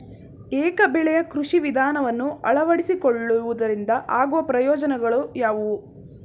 ಏಕ ಬೆಳೆಯ ಕೃಷಿ ವಿಧಾನವನ್ನು ಅಳವಡಿಸಿಕೊಳ್ಳುವುದರಿಂದ ಆಗುವ ಪ್ರಯೋಜನಗಳು ಯಾವುವು?